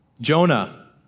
Jonah